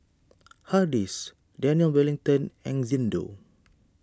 Hardy's Daniel Wellington and Xndo